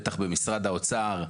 בטח במשרד האוצר,